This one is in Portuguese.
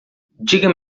diga